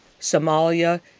Somalia